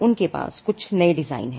उनके पास कुछ नए डिजाइन हैं